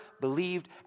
believed